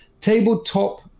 tabletop